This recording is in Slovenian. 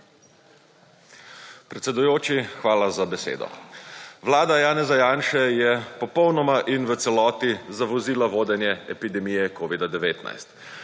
Predsedujoči, hvala za besedo. Vlada Janeza Janše je popolnoma in v celoti zavozila vodenje epidemije Covid-19.